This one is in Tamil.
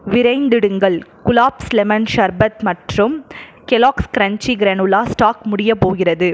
விரைந்திடுங்கள் குலாப்ஸ் லெமன் சர்பத் மற்றும் கெல்லாக்ஸ் கிரன்ச்சி கிரானோலா ஸ்டாக் முடியப் போகிறது